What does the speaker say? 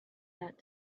that